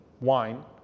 wine